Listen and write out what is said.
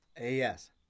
Yes